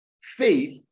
faith